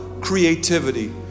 creativity